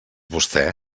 vostè